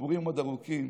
והסיפורים עוד ארוכים.